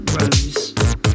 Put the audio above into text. Rose